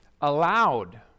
allowed